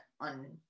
on